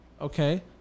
Okay